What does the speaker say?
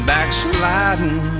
Backsliding